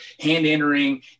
hand-entering